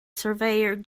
surveyor